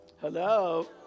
hello